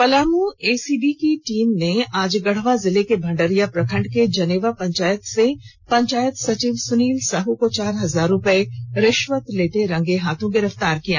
Palamu ACB की team ने आज गढ़वा जिले के भंडरिया प्रखंड के जनेवा पंचायत के पंचायत सचिव सुनील साहू को चार हजार रुपये रिश्वत लेते रंगे हाथ गिरफ्तार कर लिया